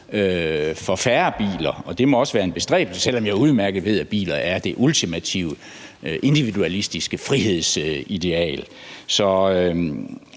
for færre biler, og det må også være en bestræbelse, selv om jeg udmærket ved, at biler er det ultimative individualistiske frihedsideal.